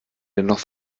dennoch